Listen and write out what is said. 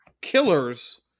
killers